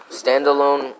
standalone